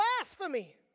blasphemy